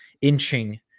inching